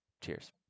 Cheers